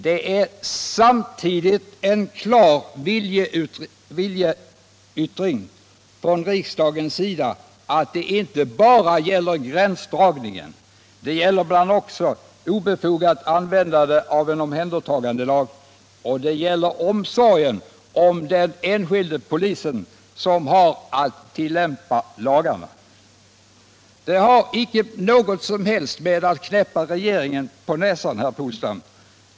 Det är samtidigt en klar viljeyttring från riksdagens sida att det inte bara gäller gränsdragning. Det gäller bl.a. också obefogat användande av en omhändertagandelag, och det gäller omsorgen om den enskilde polisen som har att tillämpa lagarna. Detta har icke något som helst att göra med att knäppa regeringen på näsan, herr Polstam.